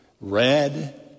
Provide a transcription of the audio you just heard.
red